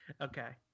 Okay